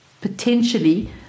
potentially